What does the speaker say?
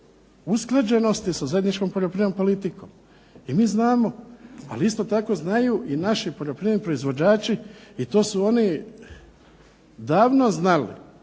o usklađenosti sa zajedničkom poljoprivrednom politikom i mi znamo, ali isto tako znaju i naši poljoprivredni proizvođači i to su oni davno znali